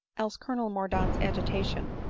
else colonel mordaunt's agita tion,